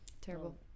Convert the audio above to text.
Terrible